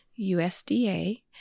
USDA